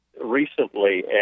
recently